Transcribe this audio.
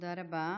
תודה רבה.